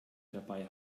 dabei